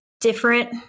different